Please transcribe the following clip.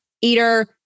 eater